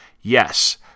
Yes